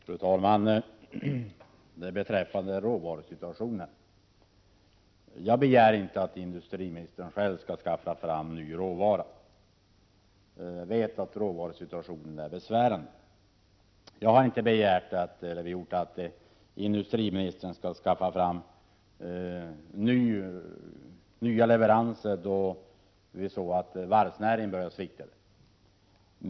Fru talman! Först några ord beträffande råvarusituationen. Jag begär inte att industriministern själv skall skaffa fram ny råvara. Jag vet att råvarusituationen är besvärande. Jag begärde inte heller att industriministern skulle skaffa fram nya leveranser då varvsnäringen började svikta.